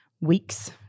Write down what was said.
weeks